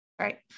right